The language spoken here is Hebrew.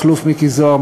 מכלוף מיקי זוהר,